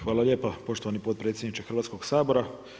Hvala lijepa poštovani potpredsjedniče Hrvatskoga sabora.